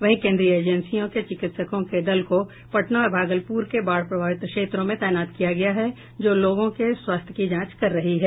वहीं केन्द्रीय एजेंसियों के चिकित्सकों के दल को पटना और भागलपुर के बाढ़ प्रभावित क्षेत्रों में तैनात किया गया है जो लोगों के स्वास्थ्य की जांच कर रही है